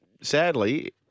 sadly